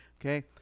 Okay